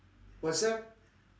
what's that